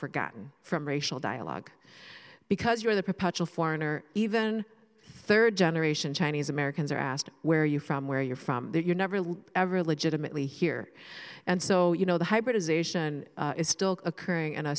forgotten from racial dialogue because you're the perpetual foreigner even third generation chinese americans are asked where you from where you're from you're never ever legitimately here and so you know the hybridization is still occurring